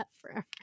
forever